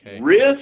Risk